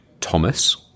Thomas